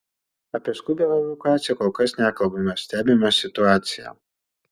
apie skubią evakuaciją kol kas nekalbame stebime situaciją